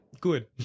Good